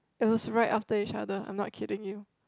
it was right after each other I'm not kidding you